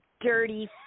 dirty